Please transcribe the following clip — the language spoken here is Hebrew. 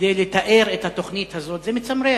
כדי לתאר את התוכנית הזאת, זה מצמרר.